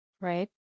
right